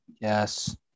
Yes